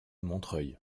montreuil